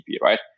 right